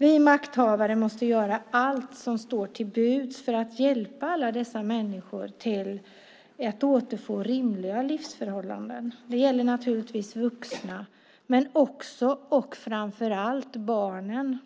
Vi makthavare måste göra allt som står till buds för att hjälpa dessa människor att återfå rimliga livsförhållanden. Det gäller naturligtvis vuxna men framför allt barnen.